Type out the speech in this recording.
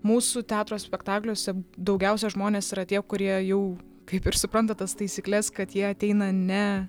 mūsų teatro spektakliuose daugiausia žmonės yra tie kurie jau kaip ir supranta tas taisykles kad jie ateina ne